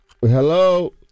Hello